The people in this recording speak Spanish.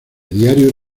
diarios